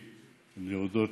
למציעים ולהודות